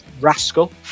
rascal